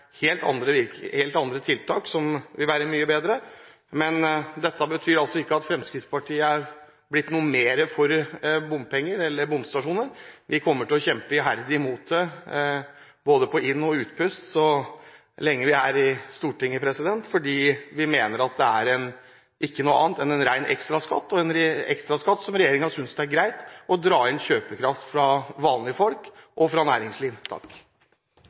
helt andre tiltak som vil være mye bedre. Dette betyr altså ikke at Fremskrittspartiet er blitt noe mer for bompenger eller bomstasjoner. Vi kommer til å kjempe iherdig mot det både på inn- og utpust så lenge vi er i Stortinget, fordi vi mener det ikke er noe annet enn en ren ekstraskatt, en ekstraskatt regjeringen synes er greit å dra inn fra kjøpekraften til vanlige folk og